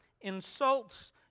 insults